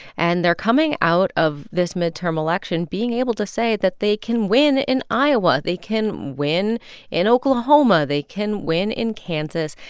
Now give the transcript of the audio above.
and they're coming out of this midterm election being able to say that they can win in iowa they can win in oklahoma they can win in kansas.